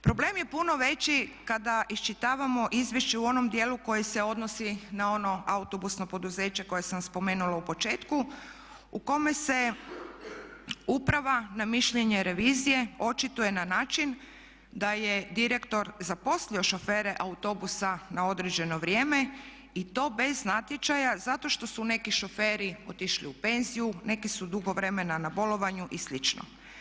Problem je puno veći kada iščitavamo izvješće u onom dijelu koji se odnosi na ono autobusno poduzeće koje sam spomenula u početku u kome se uprava na mišljenje revizije očituje na način da je direktor zaposlio šofere autobusa na određeno vrijeme i to bez natječaja zato što su neki šoferi otišli u penziju, neki su dugo vremena na bolovanju i slično.